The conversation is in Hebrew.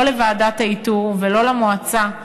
לא לוועדת האיתור ולא למועצה,